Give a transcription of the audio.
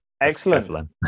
Excellent